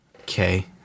Okay